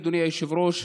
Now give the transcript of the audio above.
אדוני היושב-ראש,